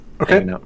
Okay